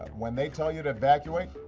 when they tell you to evacuate,